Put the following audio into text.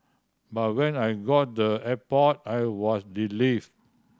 but when I got the airport I was relieved